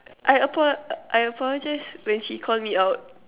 I apo~ I apologize when she called me out